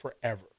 forever